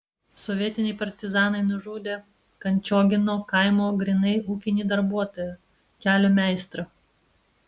sovietiniai partizanai nužudė kančiogino kaimo grynai ūkinį darbuotoją kelio meistrą